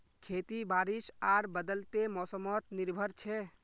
खेती बारिश आर बदलते मोसमोत निर्भर छे